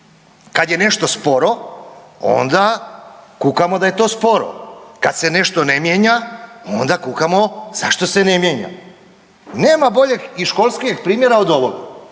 Kad je nešto sporo, onda kukamo da je to sporo. Kad se nešto ne mijenja, onda kukamo zašto se ne mijenja. Nema boljeg i školskijeg primjera od ovoga.